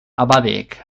abadeek